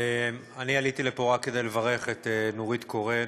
אני עליתי לפה רק כדי לברך את נורית קורן